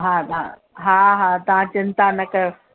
हा हा हा हा तव्हां चिंता न कयो